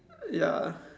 ya